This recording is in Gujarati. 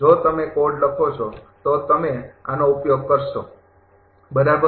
જો તમે કોડ લખો છો તો તમે આનો ઉપયોગ કરશો બરાબર